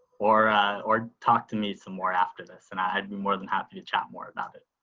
or or talk to me some more after this, and i had more than happy to chat more about it.